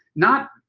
not,